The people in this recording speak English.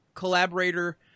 Collaborator